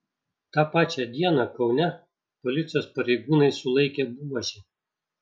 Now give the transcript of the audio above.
tą pačią dieną kaune policijos pareigūnai sulaikė buožį